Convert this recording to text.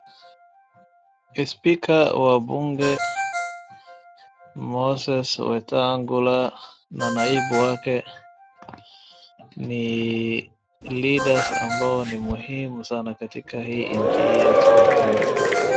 Speaker wa bunge Moses Wetangula na naibu wake, ni leaders ambao ni muhimu sana katika hii nchi yetu ya Kenya.